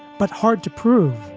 but hard to prove.